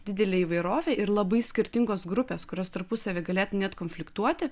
didelė įvairovė ir labai skirtingos grupės kurios tarpusavy galėtų net konfliktuoti